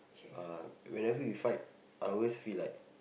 uh whenever we fight I always feel like